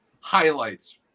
highlights